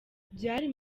byari